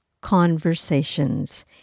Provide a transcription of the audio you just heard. conversations